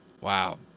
Wow